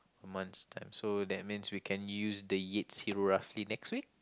months time so that means we can use the Yates hero roughly next week